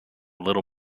little